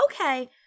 okay